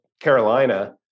Carolina